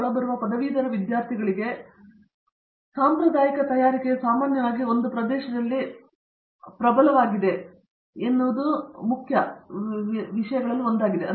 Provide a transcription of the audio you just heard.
ಒಳಬರುವ ಪದವೀಧರ ವಿದ್ಯಾರ್ಥಿಗಳ ಸಾಂಪ್ರದಾಯಿಕ ತಯಾರಿಕೆಯು ಸಾಮಾನ್ಯವಾಗಿ ಒಂದು ಪ್ರದೇಶದಲ್ಲಿ ಪ್ರಬಲವಾಗಿದೆ ಎನ್ನುವುದು ಮುಖ್ಯ ವಿಷಯಗಳಲ್ಲಿ ಒಂದಾಗಿದೆ